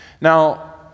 Now